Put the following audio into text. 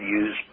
use